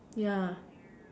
yeah